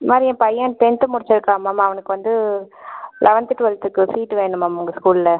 இதுமாதிரி என் பையன் டென்த் முடிச்சிருக்கான் மேம் அவனுக்கு வந்து லவன்த் டூவெல்த்துக்கு சீட் வேணும் மேம் உங்கள் ஸ்கூலில்